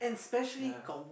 yeah